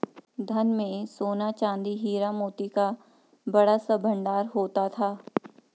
धन में सोना, चांदी, हीरा, मोती का बड़ा सा भंडार होता था